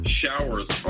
showers